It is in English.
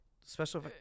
special